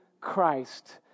Christ